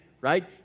right